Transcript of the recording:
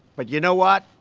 but you know what?